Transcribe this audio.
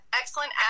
excellent